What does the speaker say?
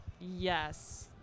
Yes